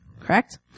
correct